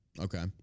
Okay